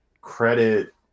credit